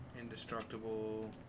indestructible